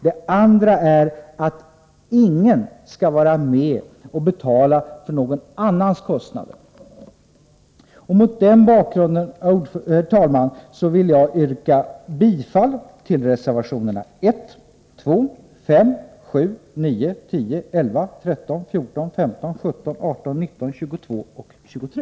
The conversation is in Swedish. Det andra är att ingen skall vara med och betala för någon annans kostnader: Mot denna bakgrund, herr talman, vill jag yrka bifall till reservationerna 1, 2, 5, 7, 9, 10, 11, 13,14, 15, 17, 18, 19, 22 och 23.